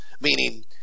Meaning